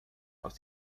aus